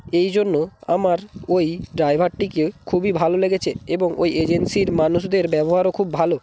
এই জন্য আমার ওই ড্রাইভারটিকে খুবই ভালো লেগেছে এবং ওই এজেন্সির মানুষদের ব্যবহারও খুব ভালো